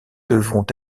devront